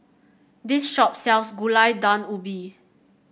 this shop sells Gulai Daun Ubi